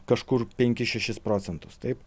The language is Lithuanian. kažkur penkis šešis procentus taip